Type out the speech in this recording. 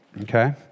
okay